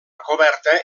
coberta